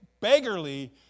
beggarly